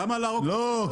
למה --- לא,